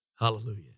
Hallelujah